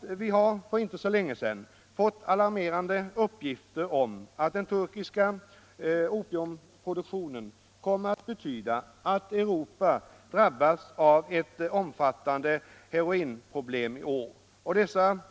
Vi har för inte så länge sedan fått alarmerande uppgifter om att den turkiska opiumproduktionen kommer att betyda att Europa drabbas av ett omfattande heroinproblem i år.